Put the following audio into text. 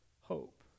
hope